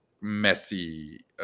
messy